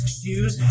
shoes